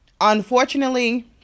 unfortunately